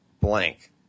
blank